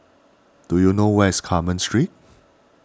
do you know where is Carmen Street